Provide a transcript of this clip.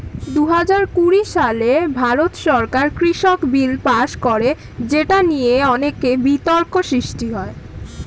দুহাজার কুড়ি সালে ভারত সরকার কৃষক বিল পাস করে যেটা নিয়ে অনেক বিতর্ক সৃষ্টি হয়